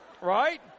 right